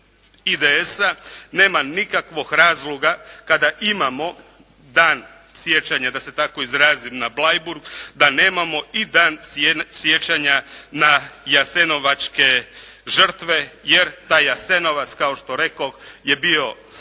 IDS-a. Nema nikakvog razloga kada imamo dan sjećanja da se tako izrazim na Bleiburg, da nemamo i dan sjećanja na jasenovačke žrtve, jer taj Jasenovac kao što rekoh je bio sistem